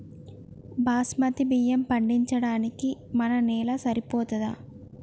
బాస్మతి బియ్యం పండించడానికి మన నేల సరిపోతదా?